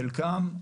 חלקם,